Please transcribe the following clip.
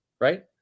right